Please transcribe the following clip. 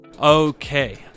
Okay